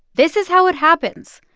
this is how it happens.